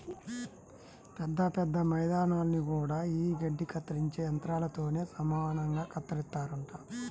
పెద్ద పెద్ద మైదానాల్ని గూడా యీ గడ్డి కత్తిరించే యంత్రాలతోనే సమానంగా కత్తిరిత్తారంట